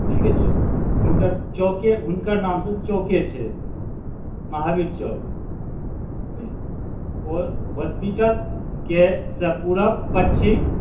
बुझि गेलिए हुनकर चौके हुनकर नाम से चौके छै महावीर चौक ओ हॉस्पिटलके से पूरब पछिम